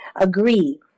agree